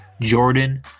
Jordan